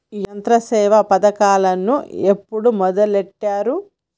యంత్రసేవ పథకమును ఎప్పుడు మొదలెట్టారు?